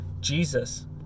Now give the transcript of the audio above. jesus